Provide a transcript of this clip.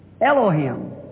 Elohim